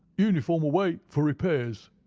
uniform away for repairs.